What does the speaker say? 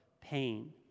pain